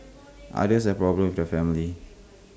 others has problems with the family